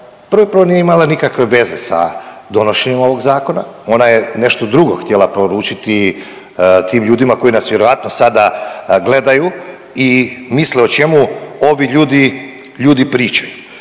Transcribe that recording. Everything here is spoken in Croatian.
prvo i prvo nije imala nikakve veze sa donošenjem ovog zakona, ona je nešto drugo htjela poručiti tim ljudima koji nas vjerojatno sada gledaju i misle o čemu ovi ljudi, ljudi pričaju.